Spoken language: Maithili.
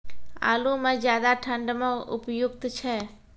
आलू म ज्यादा ठंड म उपयुक्त छै?